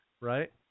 Right